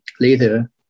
later